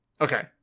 Okay